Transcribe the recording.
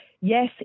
yes